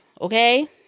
Okay